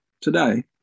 today